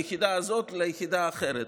היחידה הזאת ליחידה אחרת.